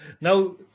Now